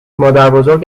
مادربزرگ